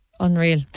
Unreal